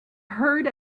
heard